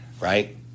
right